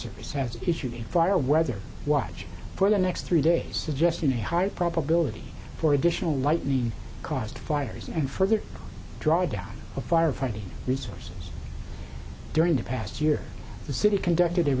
service has issued a fire weather watch for the next three days suggestion a higher probability for additional lightning caused fires and further drawdown of firefighting resources during the past year the city conducted